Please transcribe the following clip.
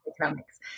economics